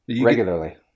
regularly